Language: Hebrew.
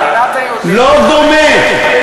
לא דומה.